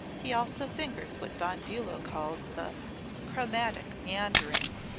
he also fingers what von bulow calls the chromatic meanderings,